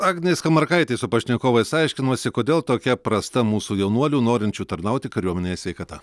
agnė skamarakaitė su pašnekovais aiškinosi kodėl tokia prasta mūsų jaunuolių norinčių tarnauti kariuomenėje sveikata